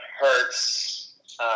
hurts